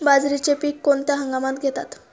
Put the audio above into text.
बाजरीचे पीक कोणत्या हंगामात घेतात?